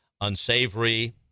unsavory